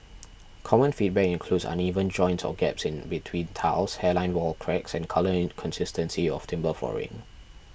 common feedback includes uneven joints or gaps in between tiles hairline wall cracks and colour inconsistency of timber flooring